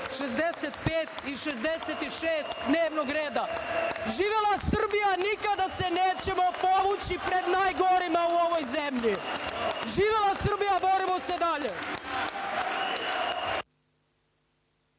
65. i 66. dnevnog reda. Živela Srbija! Nikada se nećemo povući pred najgorima u ovoj zemlji. Živela Srbija! Borimo se dalje.